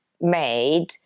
made